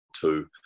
two